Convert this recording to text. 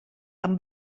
amb